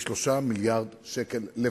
ב-3 מיליארדי שקל לפחות.